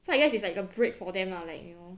so I guess it's like a break for them lah like you know